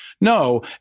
no